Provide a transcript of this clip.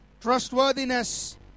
Trustworthiness